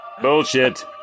Bullshit